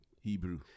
Hebrew